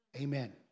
Amen